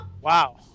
Wow